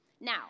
Now